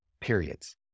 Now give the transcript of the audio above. periods